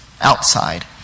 outside